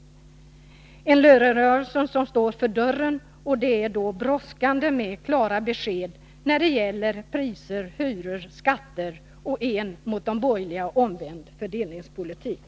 Då en lönerörelse står för dörren är det brådskande med klara besked om priser, hyror, skatter och en mot de borgerliga omvänd fördelningspolitik.